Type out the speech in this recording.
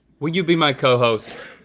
would you be my cohost?